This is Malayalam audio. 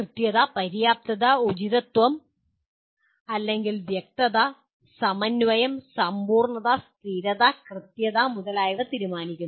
കൃത്യത പര്യാപ്തത ഉചിതത്വം അല്ലെങ്കിൽ വ്യക്തത സമന്വയം സമ്പൂർണ്ണത സ്ഥിരത കൃത്യത മുതലായവ തീരുമാനിക്കുന്നു